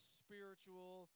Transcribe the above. spiritual